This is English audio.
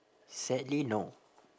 sadly no